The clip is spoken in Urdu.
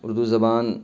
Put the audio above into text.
اردو زبان